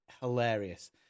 hilarious